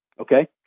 okay